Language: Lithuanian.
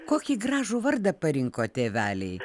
kokį gražų vardą parinko tėveliai